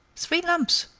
three lumps!